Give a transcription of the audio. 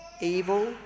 evil